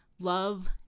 Love